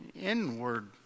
inward